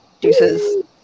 Deuces